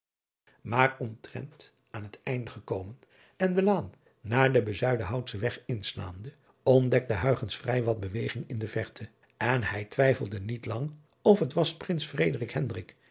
aar omtrent aan het einde gekomen en de laan naar den ezuidenhoutschen weg inslaande ontdekte vrij wat beweging in de verte en hij twijfelde niet lang of het was rins